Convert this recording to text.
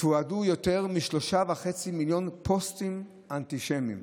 תועדו יותר מ-3.5 מיליון פוסטים אנטישמיים,